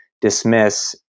dismiss